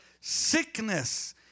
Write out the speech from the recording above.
sickness